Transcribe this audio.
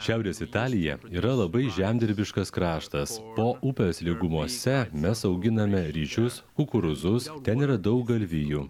šiaurės italija yra labai žemdirbiškas kraštas po upės lygumose mes auginame ryžius kukurūzus o ten yra daug galvijų